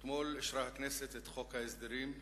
אתמול אישרה הכנסת את חוק ההסדרים,